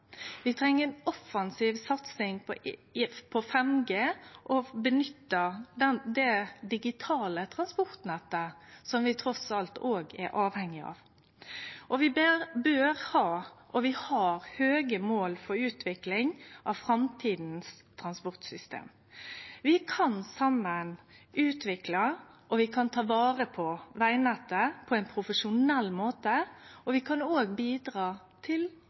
Vi treng ei offensiv satsing på 5G og å nytte det digitale transportnettet, som vi trass i alt òg er avhengige av. Og vi bør ha – og vi har – høge mål for utvikling av framtidige transportsystem. Vi kan saman utvikle, og ta vare på, vegnettet på ein profesjonell måte, og vi kan òg bidra til